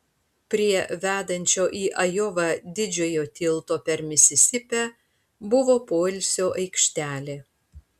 prie vedančio į ajovą didžiojo tilto per misisipę buvo poilsio aikštelė